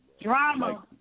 Drama